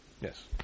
Yes